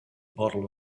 bottle